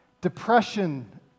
Depression